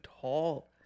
tall